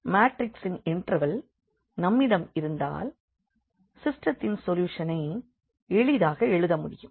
எனவே மேட்ரிக்சின் இன்வெர்ஸ் நம்மிடம் இருந்தால் சிஸ்டெத்தின் சொல்யூஷனை எளிதாக எழுத முடியும்